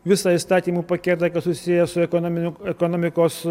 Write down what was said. visą įstatymų paketą kas susiję su ekonominiu ekonomikos